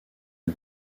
une